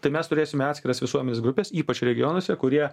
tai mes turėsime atskiras visuomenės grupes ypač regionuose kurie